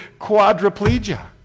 quadriplegia